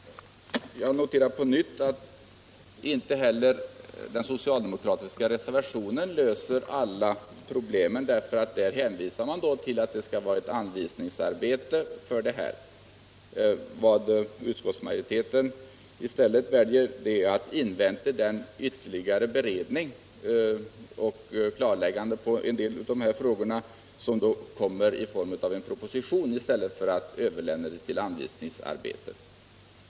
Jag noterar på nytt att inte heller den socialdemokratiska reservationen löser alla problemen. Man förordar därför anvisningsarbete i detta sammanhang. Utskottsmajoriteten väljer att invänta den ytterligare beredning och det klarläggande av en del av dessa frågor som kommer i samband med en proposition, i stället för att överlämna det till anvisningsarbetet.